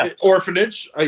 Orphanage